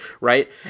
right